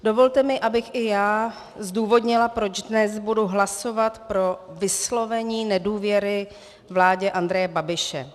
Dovolte mi, abych i já zdůvodnila, proč dnes budu hlasovat pro vyslovení nedůvěry vládě Andreje Babiše.